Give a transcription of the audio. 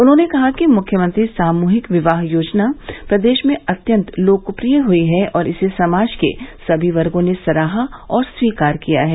उन्होंने कहा कि मुख्यमंत्री सामूहिक विवाह योजना प्रदेश में अत्यन्त लोकप्रिय हुयी है और इसे समाज के सभी वर्गो ने सराहा और स्वीकार किया है